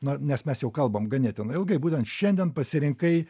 na nes mes jau kalbam ganėtinai ilgai būtent šiandien pasirinkai